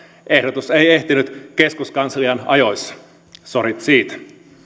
ehdotus ei ehtinyt keskuskansliaan ajoissa sorit siitä